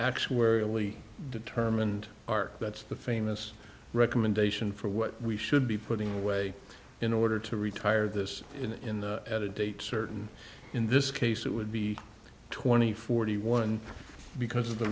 only determined are that's the famous recommendation for what we should be putting away in order to retire this in at a date certain in this case it would be twenty forty one because of the